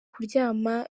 kuryama